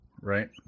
right